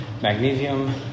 magnesium